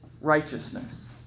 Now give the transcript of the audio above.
righteousness